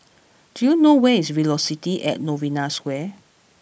do you know where is Velocity at Novena Square